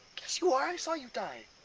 yes, you are. i saw you die.